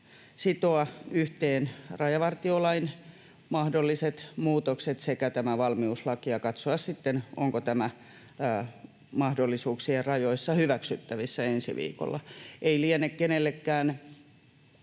sitoa yhteen rajavartiolain mahdolliset muutokset sekä tämä valmiuslaki ja katsoa sitten, onko tämä mahdollisuuksien rajoissa hyväksyttävissä ensi viikolla. Ei liene kenenkään